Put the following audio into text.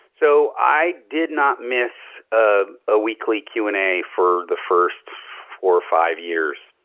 so i did not miss ah a weekly q and a for the first four or five years,